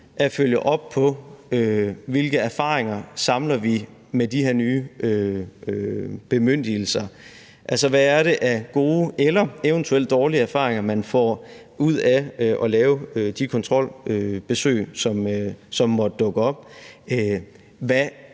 at følge op på, hvilke erfaringer vi samler med de her nye bemyndigelser. Altså, hvad er det af gode eller eventuelt dårlige erfaringer, man får ud af at lave de kontrolbesøg, som måtte dukke op?